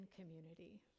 community